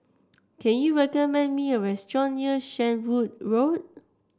can you recommend me a restaurant near Shenvood Road